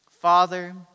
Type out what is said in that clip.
Father